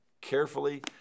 carefully